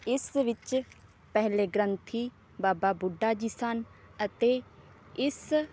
ਇਸ ਵਿੱਚ ਪਹਿਲੇ ਗ੍ਰੰਥੀ ਬਾਬਾ ਬੁੱਢਾ ਜੀ ਸਨ ਅਤੇ ਇਸ